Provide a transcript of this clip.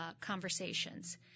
conversations